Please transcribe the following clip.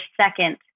second